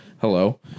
Hello